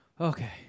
Okay